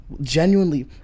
genuinely